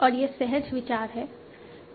और यह सहज विचार है